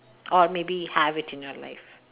or maybe have it in your life